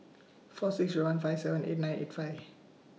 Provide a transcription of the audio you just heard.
four six Zero one five seven eight nine eight five